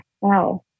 Wow